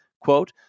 quote